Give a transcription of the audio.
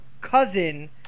cousin